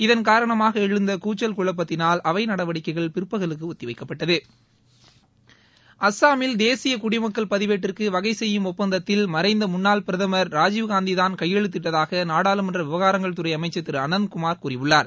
இதன் காரணமாக எழுந்த கூச்சல் குழப்பத்தினால் அவை நடவடிக்கைகள் பிற்பகலுக்கு ஒத்திவைக்கப்பட்டது அஸ்ஸாமில் தேசிய குடிமக்கள் பதிவேட்டிற்கு வகை செய்யும் ஒப்பந்தத்தில் மறைந்த முன்னாள் பிரதமர் ராஜீவ் காந்தி தான் கையெழுத்திட்டதாக நாடாளுமன்ற விவகாரங்கள் துறை அமைச்சர் திரு அனந்த் குமார் கூறியுள்ளார்